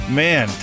man